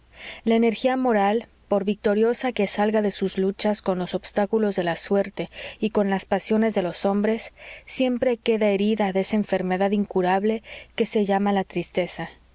la energía moral por victoriosa que salga de sus luchas con los obstáculos de la suerte y con las pasiones de los hombres siempre queda herida de esa enfermedad incurable que se llama la tristeza